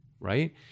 right